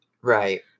right